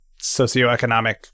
socioeconomic